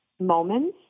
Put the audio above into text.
moments